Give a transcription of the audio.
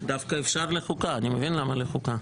דווקא אפשר לחוקה, אני מבין למה לחוקה,